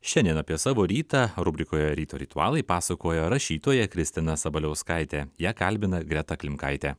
šiandien apie savo rytą rubrikoje ryto ritualai pasakojo rašytoja kristina sabaliauskaitė ją kalbina greta klimkaitė